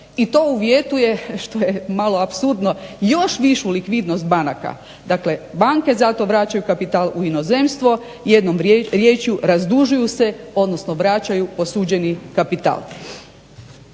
i to je uvjetuje, što je malo apsurdno, još višu likvidnost banaka, dakle banke za to vraćaju kapital u inozemstvo, jednom rječju razdužuju se odnosno vraćaju posuđeni kapital.